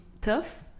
tough